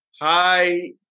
Hi